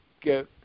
get